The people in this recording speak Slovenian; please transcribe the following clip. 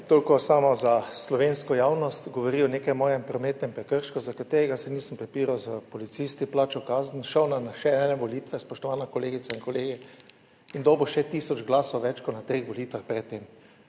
Toliko samo za slovensko javnost, govori o nekem mojem prometnem prekršku za katerega se nisem prepiral s policisti, plačal kazen, šel na še ene volitve, spoštovane kolegice in kolegi, in dobil še tisoč glasov več kot na treh volitvah pred tem,